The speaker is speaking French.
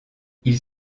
ils